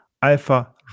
Alpha